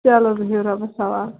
چلو بِہِو رۄبَس حوال